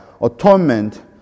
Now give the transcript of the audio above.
atonement